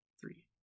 three